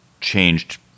changed